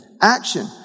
Action